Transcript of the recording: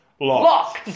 locked